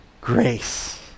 grace